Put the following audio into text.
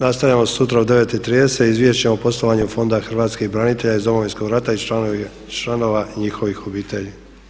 Nastavljamo sutra u 9,30 Izvješće o poslovanju Fonda Hrvatskih branitelja iz Domovinskog rata i članova njihovih obitelji.